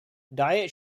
diet